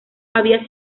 había